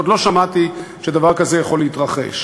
עוד לא שמעתי שדבר כזה יכול להתרחש.